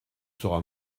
sera